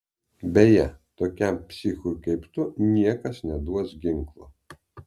beje tokiam psichui kaip tu niekas neduos ginklo